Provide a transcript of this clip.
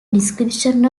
description